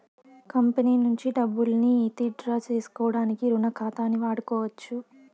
company నుంచి డబ్బుల్ని withdraw సేసుకోడానికి రుణ ఖాతాని వాడుకోవచ్చు